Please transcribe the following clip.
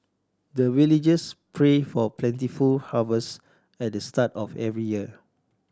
the villagers pray for plentiful harvest at the start of every year